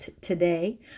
today